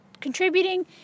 contributing